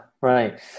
Right